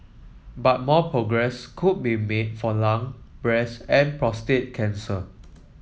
but more progress could be made for lung breast and prostate cancer